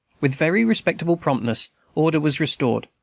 with very respectable promptness, order was restored,